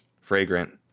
Fragrant